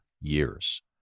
years